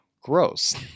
gross